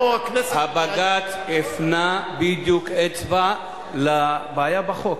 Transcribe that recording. פה הכנסת --- הבג"ץ הפנה בדיוק אצבע לבעיה בחוק,